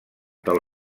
del